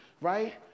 right